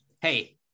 Hey